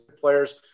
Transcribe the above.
players